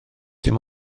dim